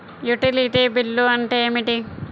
Utility bill అంటే ఏమిటి?